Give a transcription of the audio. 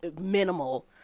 minimal